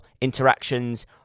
interactions